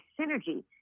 synergy